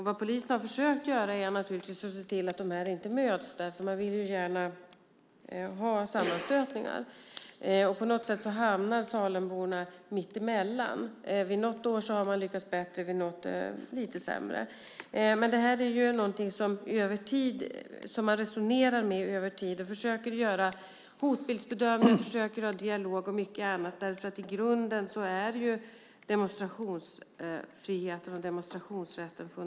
Vad polisen har försökt göra är naturligtvis att se till att de där grupperna inte möts, för de vill ju gärna ha sammanstötningar. På något sätt hamnar Salemborna mittemellan. Något år har man lyckats bättre, något år lite sämre. Det här är något som man resonerar om över tid. Man försöker göra hotbildsbedömningar, försöker ha dialog och mycket annat. I grunden är det fundamentalt med demonstrationsfriheten och demonstrationsrätten.